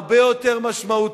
הרבה יותר משמעותי,